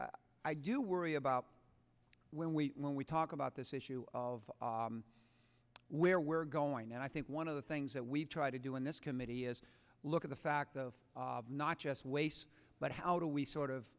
i do worry about when we when we talk about this issue of where we're going and i think one of the things that we try to do in this committee is look at the fact of not just waste but how do we sort of